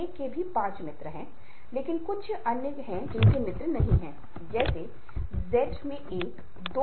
और भावना और अनुभूति आवश्यक दोस्त हैं वे अलग नहीं हैं व्यापक सबूत हैं